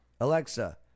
Alexa